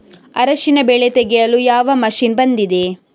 ಅರಿಶಿನ ಬೆಳೆ ತೆಗೆಯಲು ಯಾವ ಮಷೀನ್ ಬಂದಿದೆ?